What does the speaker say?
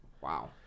Wow